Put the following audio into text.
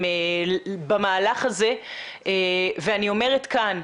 אתכם במהלך הזה ואני אומרת כאן,